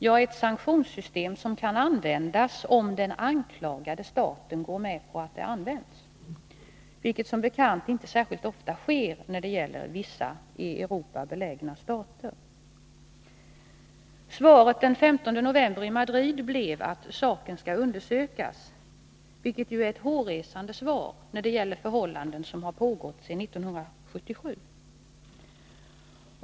Ja, ett sanktionssystem som kan användas om den anklagade staten går med på att det används, vilket som bekant inte särskilt ofta sker när det gäller vissa i Europa belägna stater. Svaret den 15 december i Madrid blev att saken skall undersökas, vilket ju är ett hårresande svar när det gäller förhållanden som har rått sedan 1977.